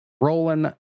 Rolling